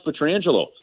Petrangelo